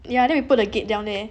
ya then we put a gate down there